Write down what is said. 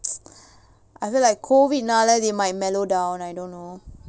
I feel like COVID நால:naala they might mellow down I don't know